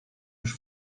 już